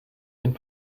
den